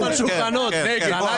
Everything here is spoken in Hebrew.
מי